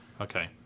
Okay